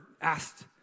asked